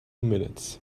minutes